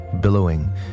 billowing